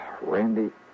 Randy